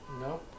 No